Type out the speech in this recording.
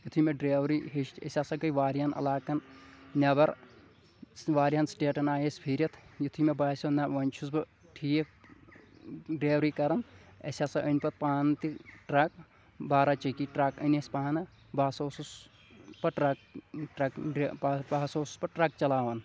یِتھُے مےٚ ڈریوری ہیٚچھ أسۍ ہسا گٔے واریاہن علاقن نیبر واریاہن سٹیٹن آیہِ أسۍ پھیٖرِتھ یِتھُے مےٚ باسیٚو نہ وۄنۍ چھُس بہٕ ٹھیٖک ڈریوری کران اسہِ ہسا أنۍ پتہٕ پانہٕ تہِ ٹرٛک بارا چیکی ٹرٛک أنۍ اسہِ پانہٕ بہٕ ہسا اوسُس پتہٕ ٹرٛک ٹرٛک بہٕ ہسا اوسُس پتہٕ ٹرٛک چلاوان